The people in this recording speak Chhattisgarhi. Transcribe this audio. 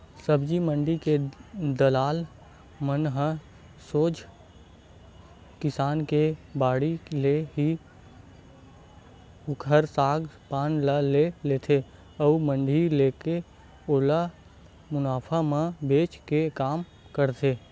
सब्जी मंडी के दलाल मन ह सोझ किसान के बाड़ी ले ही ओखर साग पान ल ले लेथे अउ मंडी लाके ओला मुनाफा म बेंचे के काम करथे